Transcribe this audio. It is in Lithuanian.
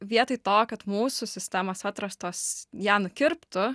vietoj to kad mūsų sistemos atrastos ją nukirptų